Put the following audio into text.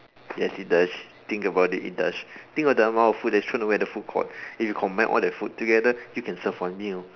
yes it does think about it it does think of the amount of food that's thrown away at the food court if you combine all that food together you can serve one meal